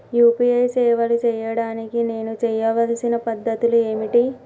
UPI సేవలు చేయడానికి నేను చేయవలసిన పద్ధతులు ఏమిటి?